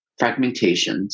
fragmentations